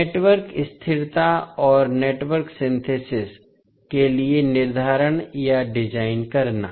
network स्थिरता और network synthesis के लिए निर्धारण या डिजाइन करना